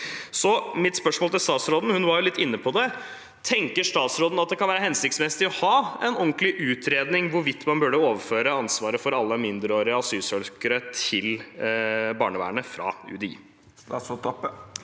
Så mitt spørsmål til statsråden, og hun var jo litt inne på det, er: Tenker statsråden at det kan være hensiktsmessig å ha en ordentlig utredning av hvorvidt man burde overføre ansvaret for alle mindreårige asylsøkere fra UDI til barnevernet?